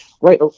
right